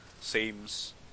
seems